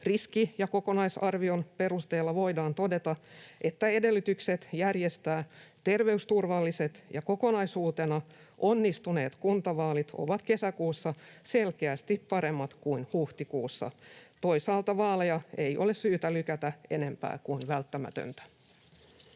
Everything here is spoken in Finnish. Riski- ja koko-naisarvion perusteella voidaan todeta, että edellytykset järjestää terveysturvalliset ja kokonaisuutena onnistuneet kuntavaalit ovat kesäkuussa selkeästi paremmat kuin huhtikuussa. Toisaalta vaaleja ei ole syytä lykätä enempää kuin on välttämätöntä.